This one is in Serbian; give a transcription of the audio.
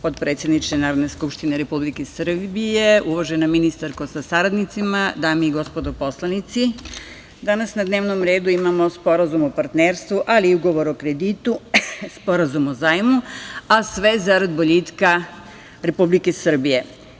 Potpredsedniče Narodne skupštine Republike Srbije, uvažena ministarko sa saradnicima, dame i gospodo poslanici, danas na dnevnom redu imamo Sporazum o partnerstvu, ali i Ugovor o kreditu, Sporazum o zajmu, a sve zarad boljitka Republike Srbije.